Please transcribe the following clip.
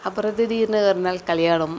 அப்புறம் திடீர்னு ஒரு நாள் கல்யாணம்